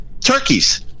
turkeys